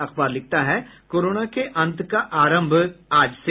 अखबार लिखता है कोरोना के अंत का आरंभ आज से